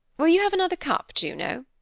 will you have another cup, juno?